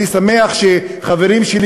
אני שמח שחברים שלי,